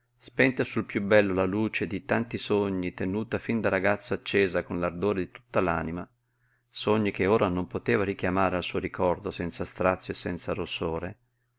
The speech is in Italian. spenta sul piú bello la luce di tanti sogni tenuta fin da ragazzo accesa con l'ardore di tutta l'anima sogni che ora non poteva richiamare al suo ricordo senza strazio e senza rossore